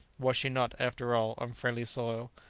was she not, after all, on friendly soil?